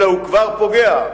אלא הוא כבר פוגע,